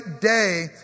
day